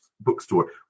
bookstore